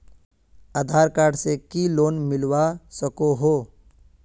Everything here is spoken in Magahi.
आधार कार्ड से की लोन मिलवा सकोहो?